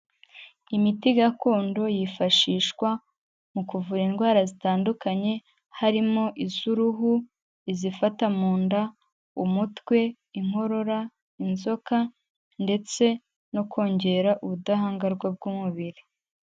Imiti gakondo yifashishwa mu kuvura indwara zitandukanye, harimo iz'uruhu, izifata mu nda, umutwe, inkorora, inzoka ndetse no kongera ubudahangarwa bw'umubiri.